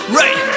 right